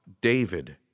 David